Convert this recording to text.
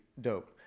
dope